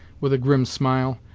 with a grim smile,